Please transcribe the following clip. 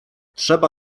trzeba